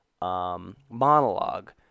monologue